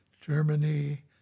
Germany